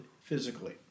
physically